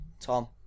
Tom